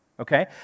okay